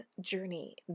journey